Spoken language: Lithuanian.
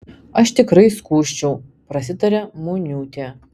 aš tikrai skųsčiau prasitarė muniūtė